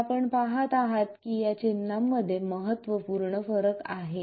तर आपण पहात आहात की या चिन्हांमध्ये महत्त्वपूर्ण फरक आहेत